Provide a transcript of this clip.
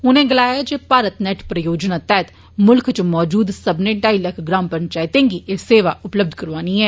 उनें गलाया जे भारत नेट परियोजना तैहत मुल्ख इच मौजूद सब्मनें ठाई लक्ख ग्राम पंचैतें गी एह् सेवा उपलब्ध करौआनी ऐ